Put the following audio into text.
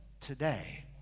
today